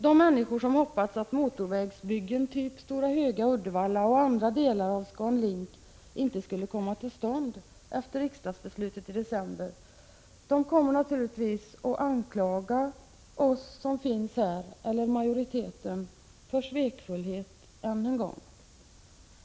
De människor som hoppats att motorvägsbyggen typ Stora Höga Uddevalla och andra delar av ScanLink inte skulle kunna komma till stånd efter riksdagsbeslutet i december kommer naturligtvis att än en gång anklaga riksdagsmajoriteten för svekfullhet.